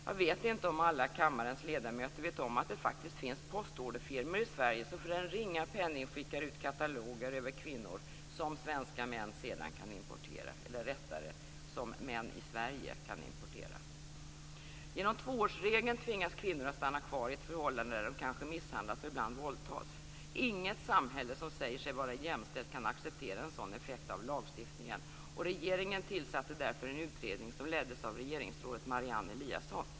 Jag vet inte om alla kammarens ledamöter vet om att det faktiskt finns postorderfirmor i Sverige som för en ringa penning skickar ut kataloger över kvinnor som män i Sverige kan importera. Genom tvåårsregeln tvingas kvinnor att stanna kvar i förhållanden där de kanske misshandlas och ibland våldtas. Inget samhälle som säger sig vara jämställt kan acceptera en sådan effekt av lagstiftningen. Regeringen tillsatte därför en utredning som leddes av regeringsrådet Marianne Eliasson.